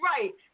right